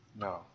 No